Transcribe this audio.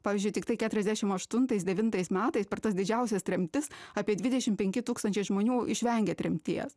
pavyzdžiui tiktai keturiasdešimt aštuntais devintais metais per tas didžiausias tremtis apie dvidešimt penki tūkstančiai žmonių išvengė tremties